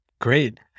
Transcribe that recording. Great